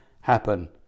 happen